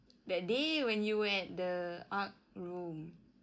that day when you were at the art room